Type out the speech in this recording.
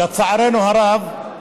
לצערנו הרב,